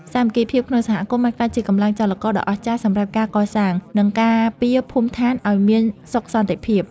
សាមគ្គីភាពក្នុងសហគមន៍បានក្លាយជាកម្លាំងចលករដ៏អស្ចារ្យសម្រាប់ការកសាង និងការពារភូមិដ្ឋានឱ្យមានសុខសន្តិភាព។